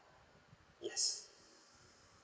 yes